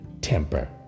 temper